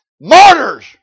Martyrs